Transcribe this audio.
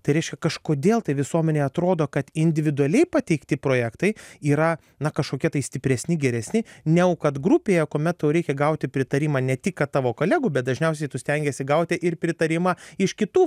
tai reiškia kažkodėl tai visuomenei atrodo kad individualiai pateikti projektai yra na kažkokie tai stipresni geresni negu kad grupėje kuomet tau reikia gauti pritarimą ne tik kad tavo kolegų bet dažniausiai tu stengiesi gauti ir pritarimą iš kitų